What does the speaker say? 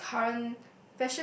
the current